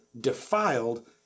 defiled